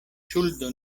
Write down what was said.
ŝuldo